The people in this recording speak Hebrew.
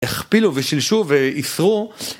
הכפילו ושילשו ועישרו